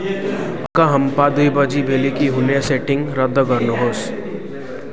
अर्को हप्ता दुई बजी बेलुकी हुने सिटिङ रद्द गर्नुहोस्